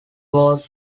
was